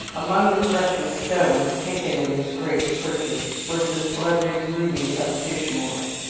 among the precious stones taken in this great purchase was the splendid ruby of kishmoor.